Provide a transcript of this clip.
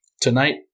Tonight